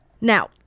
Now